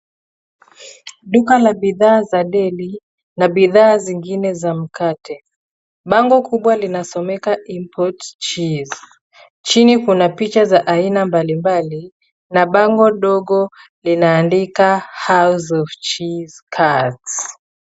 Duka la bidhaa za deri na bidhaa zingine za mkate. Bango kubwa linasomeka importcheese . Chini kuna picha za aina mbalimbali na bango ndogo linaandika house of cheese carbs